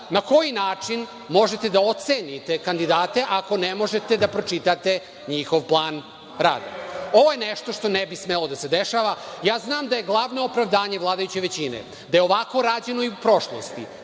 Na koji način možete da ocenite kandidate ako ne možete da pročitate njihov plan rada? Ovo je nešto što ne bi smelo da se dešava. Znam da je glavno opravdanje vladajuće većine da je ovako rađeno i u prošlosti,